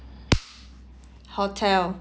hotel